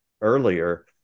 earlier